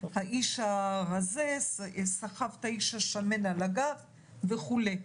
האיש הרזה סחב את האיש השמן על הגב וכו'.